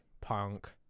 Punk